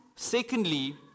Secondly